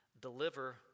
deliver